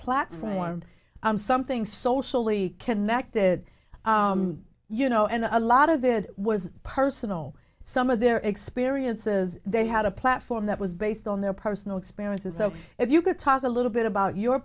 platform something socially connected you know and a lot of good was personal some of their experiences they had a platform that was based on their personal experiences so if you could talk a little bit about your